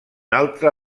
altre